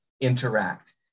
interact